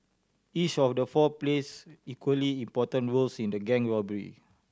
each of the four plays equally important roles in the gang robbery